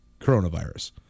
coronavirus